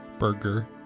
Burger